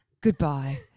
goodbye